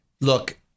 Look